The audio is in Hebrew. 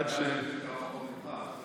אני פחות ממך.